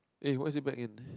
eh why is it bank in